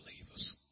believers